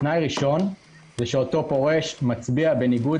תנאי ראשון הוא שאותו פורש מצביע בניגוד